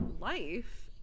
life